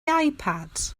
ipad